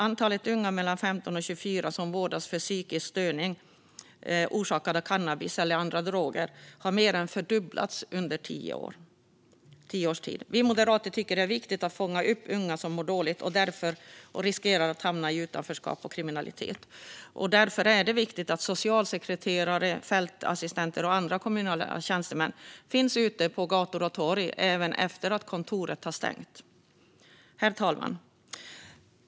Antalet unga mellan 15 och 24 år som vårdats för psykisk störning orsakad av cannabis eller andra droger har mer än fördubblats under tio års tid. Vi moderater tycker att det är viktigt att fånga upp unga som mår dåligt och därför riskerar att hamna i utanförskap och kriminalitet. Därför är det viktigt att socialsekreterare, fältassistenter och andra kommunala tjänstemän finns ute på gator och torg även efter att kontoret har stängt. Herr talman!